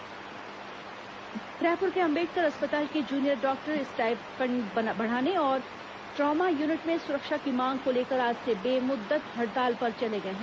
junior doctor हड़ताल रायपुर के अंबेडकर अस्पताल के जूनियर डॉक्टर स्टायपेंड बढ़ाने और ट्रामा यूनिट में सुरक्षा की मांग को लेकर आज से बेमुद्दत हड़ताल पर चले गए हैं